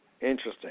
Interesting